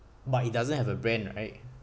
but it doesn't have a brand right